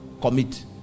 commit